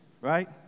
Right